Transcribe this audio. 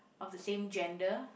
of the same gender